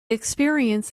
experience